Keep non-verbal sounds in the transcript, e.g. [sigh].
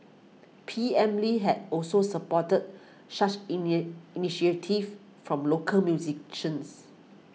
P M Lee had also supported such [unintelligible] initiatives from local musicians